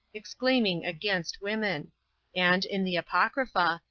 exclaiming against women and, in the apocrypha,